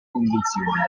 convinzione